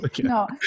No